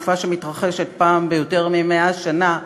סופה שמתרחשת פעם ביותר מ-100 שנה,